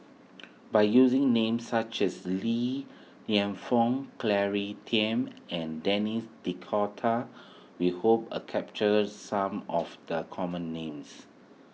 by using names such as Li Lienfung Claire Tiam and Denis D'Cotta we hope a capture some of the common names